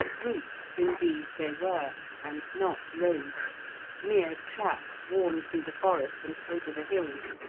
routes, indeed, they were, and not roads mere tracks worn through the forest and over the hills,